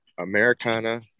americana